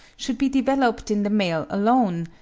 should be developed in the male alone,